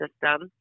System